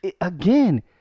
Again